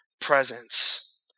presence